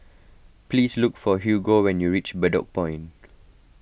please look for Hugo when you reach Bedok Point